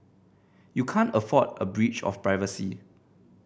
you can't afford a breach of privacy